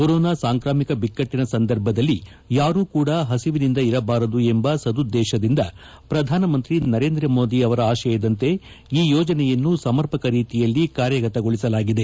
corona ಸಾಂಕ್ರಾಮಿಕ ಬಿಕ್ಕಟ್ಟಿನ ಸಂದರ್ಭದಲ್ಲಿ ಯಾರೂ ಕೂಡಾ ಹಸಿವಿನಿಂದ ಇರಬಾರದು ಎಂಬ ಸದುದ್ದೇಶದಿಂದ ಪ್ರಧಾನ ಮಂತ್ರಿ ನರೇಂದ್ರ ಮೋದಿ ಅವರ ಆಶಯದಂತೆ ಈ ಯೋಜನೆಯನ್ನು ಸಮರ್ಪಕ ರೀತಿಯಲ್ಲಿ ಕಾರ್ಯಗತಗೊಳಿಸಲಾಗಿದೆ